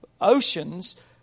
oceans